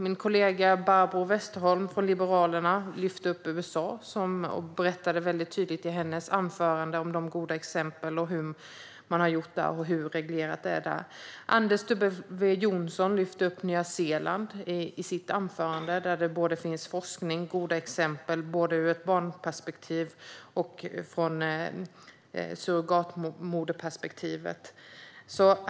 Min kollega Barbro Westerholm från Liberalerna lyfte upp USA i sitt anförande och beskrev tydligt de goda exemplen därifrån, hur man har gjort där och hur reglerat det är där. Anders W Jonsson lyfte i sitt anförande upp Nya Zeeland, där det finns forskning och goda exempel ur både barnperspektiv och surrogatmoderperspektiv.